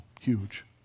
Huge